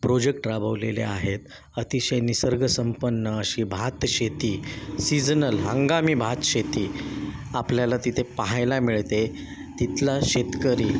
project राबवलेले आहेत अतिशय निसर्गसंपन्न अशी भात शेती सीझनल हंगामी भातशेती आपल्याला तिते पहायला मिळते तिथला शेतकरी